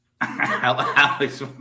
Alex